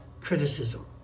criticism